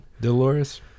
Dolores